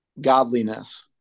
Godliness